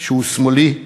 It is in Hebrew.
שהוא שמאלי,